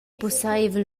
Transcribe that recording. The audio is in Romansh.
pusseivel